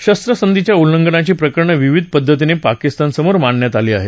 शरत्रसंधीच्या उल्लंघनाची प्रकरणं विविध पद्धतीनं पाकिस्तानसमोर मांडण्यात आली आहेत